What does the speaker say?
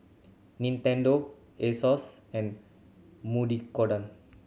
Nintendo Asos and